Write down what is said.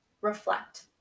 reflect